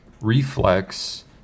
reflex